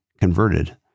converted